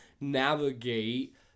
navigate